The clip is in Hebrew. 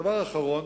הדבר האחרון,